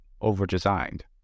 over-designed